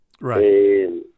Right